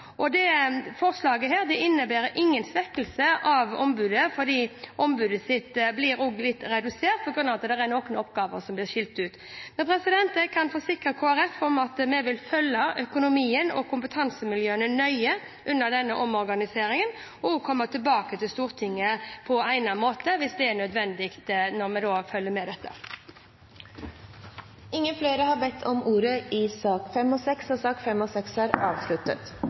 separate instansene. Forslaget innebærer ingen svekkelse av ombudet, for ombudet blir også litt redusert fordi noen oppgaver blir skilt ut. Jeg kan forsikre Kristelig Folkeparti om at vi vil følge økonomien og kompetansemiljøene nøye under denne omorganiseringen, og komme tilbake til Stortinget på egnet måte hvis det er nødvendig når vi følger med på dette. Flere har ikke bedt om ordet til sakene nr. 5 og 6. Etter ønske fra familie- og kulturkomiteen vil presidenten foreslå at taletiden blir begrenset til 5 minutter til hver partigruppe og